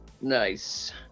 Nice